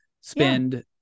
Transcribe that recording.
spend